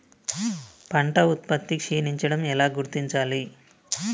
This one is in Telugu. పంట ఉత్పత్తి క్షీణించడం ఎలా గుర్తించాలి?